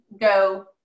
go